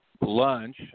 lunch